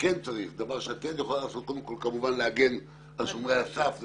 שמה שאת קודם כל כן יכולה לעשות זה כמובן להגן על שומרי הסף.